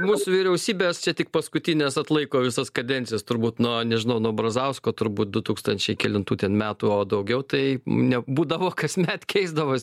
mūsų vyriausybės čia tik paskutinės atlaiko visas kadencijas turbūt nuo nežinau nuo brazausko turbūt du tūkstančiai kelintų ten metų o daugiau tai nebūdavo kasmet keisdavos